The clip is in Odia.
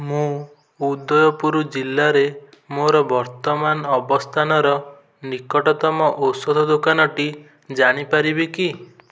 ମୁଁ ଉଦୟପୁର ଜିଲ୍ଲାରେ ମୋର ବର୍ତ୍ତମାନ ଅବସ୍ଥାନର ନିକଟତମ ଔଷଧ ଦୋକାନଟି ଜାଣିପାରିବି କି